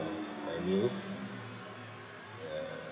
my meals ya